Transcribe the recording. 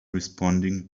responding